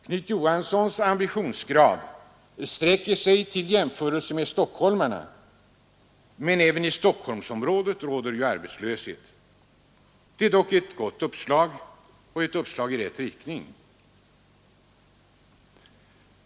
Knut Johanssons ambitionsgrad sträcker sig till stockholmarnas nivå. Men även i Stockholmsområdet råder arbetslöshet. Detta är dock ett uppslag i rätt riktning.